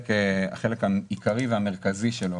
החלק העיקרי והמרכזי שלו,